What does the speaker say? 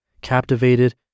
captivated